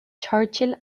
churchill